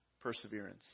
perseverance